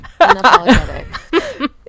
Unapologetic